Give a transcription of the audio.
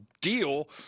deal